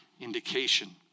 indication